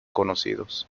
conocidos